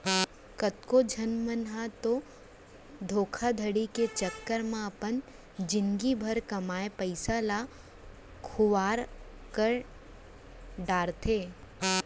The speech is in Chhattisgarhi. कतको झन मन ह तो धोखाघड़ी के चक्कर म अपन जिनगी भर कमाए पइसा ल खुवार कर डारथे